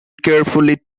carefully